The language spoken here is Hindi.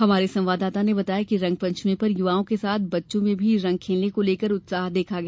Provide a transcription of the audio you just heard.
हमारे संवाददाता ने बताया है कि रंगपंचमी पर युवाओं के साथ बच्चों में भी रंग खेलने को लेकर उत्साह देखा गया